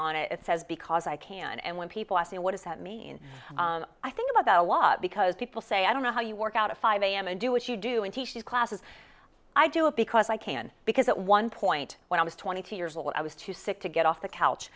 on it it says because i can and when people ask me what does that mean i think about that a lot because people say i don't know how you work out a fire i am a do what you do and teach these classes i do it because i can because at one point when i was twenty two years old i was too sick to get off the couch